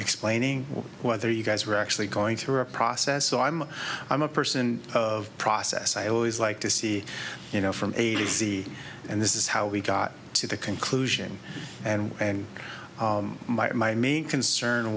explaining whether you guys were actually going through a process so i'm a i'm a person of process i always like to see you know from a b c and this is how we got to the conclusion and my main concern